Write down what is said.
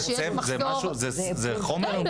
זה --- כן.